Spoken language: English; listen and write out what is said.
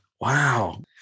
Wow